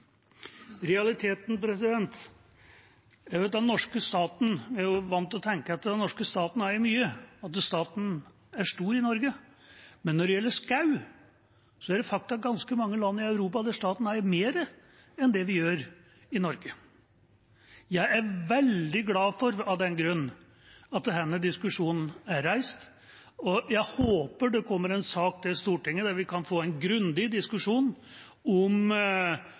Realiteten er at vi er vant til å tenke at den norske staten eier mye, at staten er stor i Norge. Men når det gjelder skog, er det faktisk ganske mange land i Europa der staten eier mer enn det vi gjør i Norge. Jeg er av den grunn veldig glad for at denne diskusjonen er reist, og jeg håper det kommer en sak til Stortinget der vi kan få en grundig diskusjon om